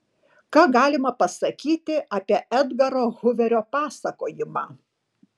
ką galima pasakyti apie edgaro huverio pasakojimą